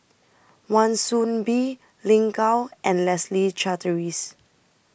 Wan Soon Bee Lin Gao and Leslie Charteris